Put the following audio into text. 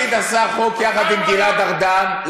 לפיד עשה חוק יחד עם גלעד ארדן.